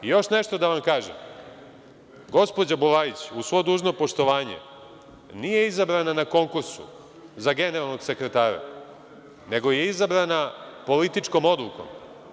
Još nešto da vam kažem, gospođa Bulajić, uz svo dužno poštovanje, nije izabrana na konkursu za generalnog sekretara, nego je izabrana političkom odlukom.